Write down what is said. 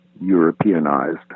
Europeanized